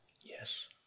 Yes